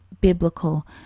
biblical